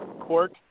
court